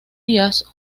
días